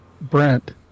Brent